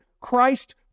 Christ